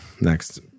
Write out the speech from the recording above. next